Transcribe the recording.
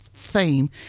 theme